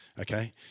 Okay